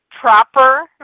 proper